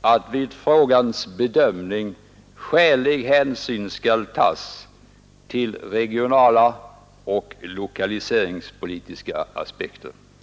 att vid frågans bedömning skälig hänsyn skall tas till regionala och lokaliseringspolitiska aspekter.